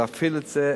להפעיל את זה.